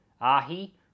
Ahi